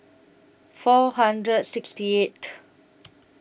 four hundred sixty eighth